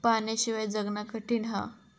पाण्याशिवाय जगना कठीन हा